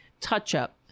touch-up